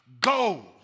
Go